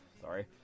sorry